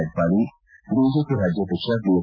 Advani BJP ರಾಜ್ಯಾಧಕ್ಷ BS